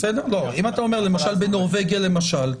אם אתה אומר "בנורבגיה למשל",